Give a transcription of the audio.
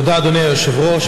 תודה, אדוני היושב-ראש.